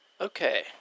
okay